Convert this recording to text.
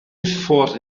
ffordd